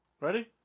ready